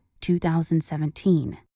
2017